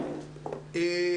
בודד.